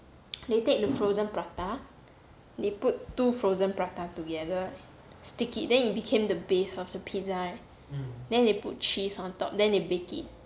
they take the frozen prata they put two frozen prata together stick it then it became the base of the pizza right then they put cheese on top then they bake it